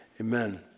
Amen